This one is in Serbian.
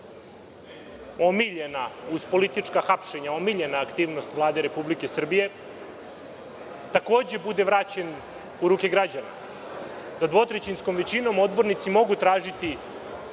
naravno uz politička hapšenja, omiljena aktivnosti Vlade Republike Srbije takođe bude vraćen u ruke građana. Da dvotrećinskom većinom odbornici mogu tražiti